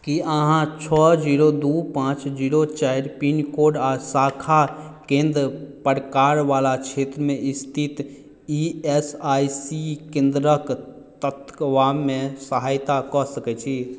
की अहाँ छओ जीरो दू पाँच जीरो चारि पिनकोड आ शाखा केंद्र प्रकार वला क्षेत्रमें स्थित ई एस आई सी केंद्रक तकबामे सहायता कऽ सकैत छी